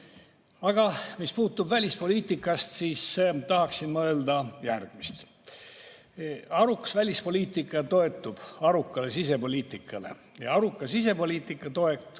Aga mis puudutab välispoliitikat, siis tahaksin ma öelda järgmist. Arukas välispoliitika toetub arukale sisepoliitikale ja aruka sisepoliitika toeks